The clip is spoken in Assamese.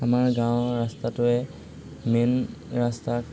আমাৰ গাঁৱৰ ৰাস্তাটোৱে মেইন ৰাস্তাত